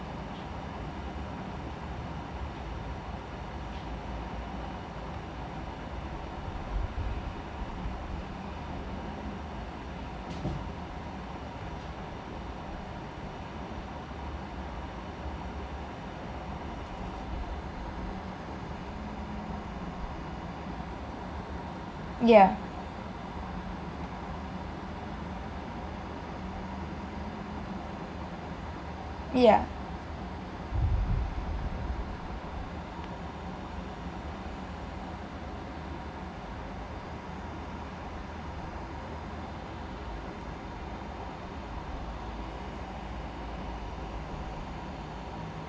yeah yeah yeah